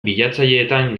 bilatzaileetan